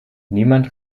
niemand